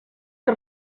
que